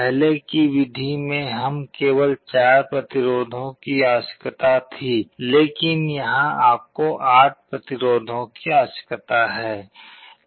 पहले की विधि में हमें केवल 4 प्रतिरोधों की आवश्यकता थी लेकिन यहां आपको 8 प्रतिरोधों की आवश्यकता है